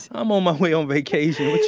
i'm on my way on vacation.